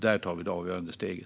Där tar vi det avgörande steget.